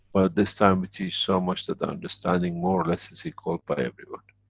this time we teach so much that the understanding, more or less, is equaled, by everybody.